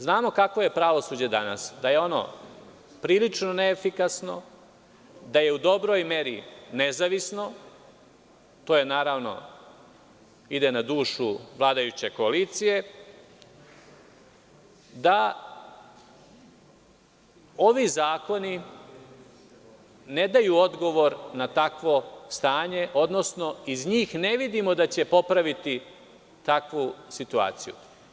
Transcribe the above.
Znamo kakvo je pravosuđe danas, da je ono prilično neefikasno, da je u dobroj meri nezavisno, to naravno ide na dušu vladajuće koalicije, da ovi zakoni ne daju odgovor na takvo stanje, odnosno iz njih ne vidimo da će popraviti takvu situaciju.